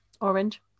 Orange